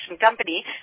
Company